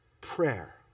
Prayer